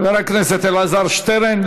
חבר הכנסת אלעזר שטרן.